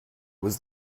was